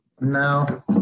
No